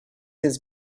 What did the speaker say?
his